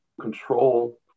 control